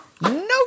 No